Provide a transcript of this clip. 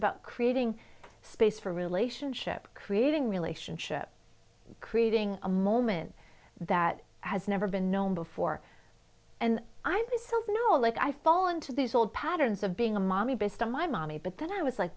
about creating space for relationship creating relationships creating a moment that has never been known before and i had the self know like i fall into these old patterns of being a mommy based on my mommy but then i was like